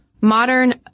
modern